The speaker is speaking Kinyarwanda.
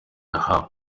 yahawe